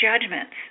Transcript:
judgments